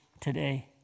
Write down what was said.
today